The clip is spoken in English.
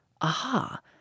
Aha